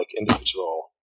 individual